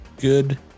good